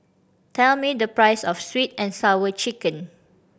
tell me the price of Sweet And Sour Chicken